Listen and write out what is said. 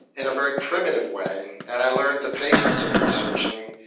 in a very primitive way, and i learned the patience of researching.